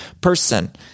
person